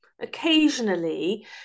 occasionally